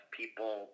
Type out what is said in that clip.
people